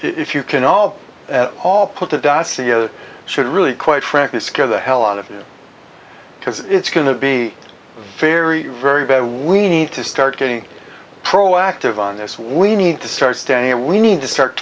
if you can all of all put a dot c e o should really quite frankly scare the hell out of you because it's going to be very very bad we need to start getting proactive on this we need to start standing and we need to start